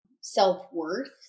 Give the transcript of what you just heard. self-worth